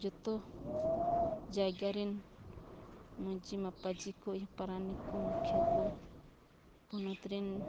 ᱡᱚᱛᱚ ᱡᱟᱭᱜᱟ ᱨᱮᱱ ᱢᱟᱺᱡᱷᱤ ᱢᱟᱯᱟᱡᱤ ᱠᱚ ᱯᱟᱨᱟᱱᱤᱠ ᱠᱚ ᱢᱩᱠᱷᱤᱭᱟᱹ ᱠᱚ ᱯᱚᱱᱚᱛ ᱨᱮᱱ